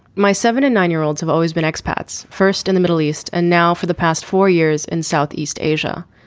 my seven and nine year olds have always been expats first in the middle east and now for the past four years in southeast asia.